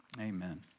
Amen